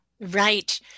Right